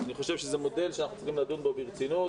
אני חושב שזה מודל שאנחנו צריכים לדון בו ברצינות